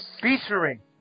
featuring